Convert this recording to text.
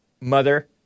mother